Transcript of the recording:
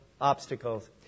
obstacles